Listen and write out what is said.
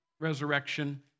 resurrection